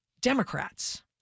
Democrats